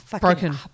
broken